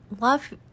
love